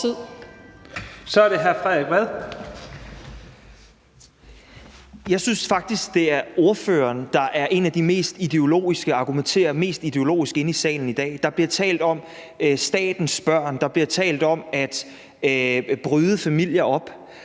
Jeg synes faktisk, det er ordføreren, der argumenterer mest ideologisk inde i salen i dag. Der bliver talt om statens børn; der bliver talt om at bryde familier op.